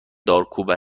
دارکوب